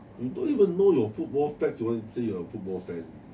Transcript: you don't even know your football facts you want to say you are a football fan